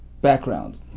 background